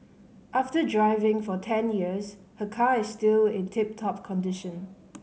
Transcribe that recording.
after driving for ten years her car is still in tip top condition